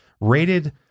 rated